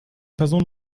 personen